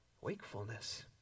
Wakefulness